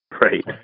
Right